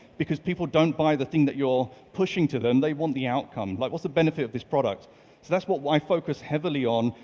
because people don't buy the thing that you're pushing to them. they want the outcome. like what's the benefit of this product? so that's what i focus heavily on,